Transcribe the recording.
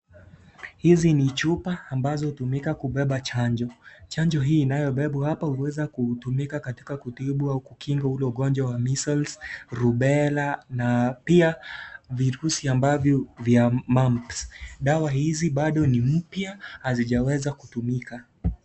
Hizi ni chupa ambazo hutumika kubeba chanjo. Chanjo hii inayobebwa hapa kuweza kutumika katika kutibu au kukinga ule ugonjwa wa Measles, Rubella na pia virusi ambavyo vya Mumps . Dawa hizi bado ni mpya, hazijaweza kutumika.